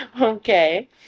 Okay